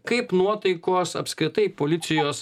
kaip nuotaikos apskritai policijos